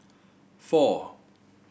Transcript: four